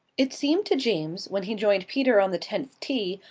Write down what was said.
it seemed to james, when he joined peter on the tenth tee,